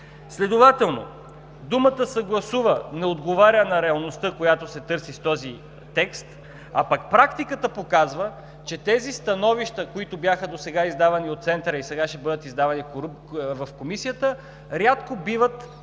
Следователно думата „съгласува“ не отговаря на реалността, която се търси с този текст, а пък практиката показва, че становищата, които бяха издавани досега от Центъра, а сега ще бъдат издавани в Комисията, рядко биват дискутирани